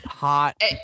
Hot